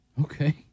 Okay